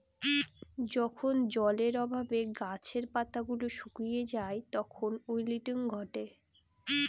যখন জলের অভাবে গাছের পাতা গুলো শুকিয়ে যায় তখন উইল্টিং ঘটে